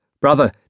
Brother